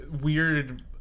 weird